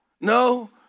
No